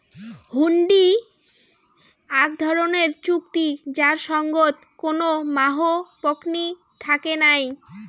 হুন্ডি আক ধরণের চুক্তি যার সঙ্গত কোনো মাহও পকনী থাকে নাই